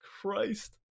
Christ